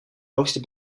hoogste